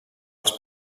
als